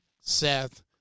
Seth